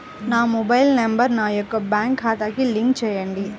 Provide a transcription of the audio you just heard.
నా mobile number నా యొక్క బ్యాంక్ ఖాతాకి లింక్ చేయండీ?